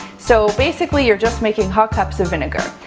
so basically, you're just making hot cups of vinegar.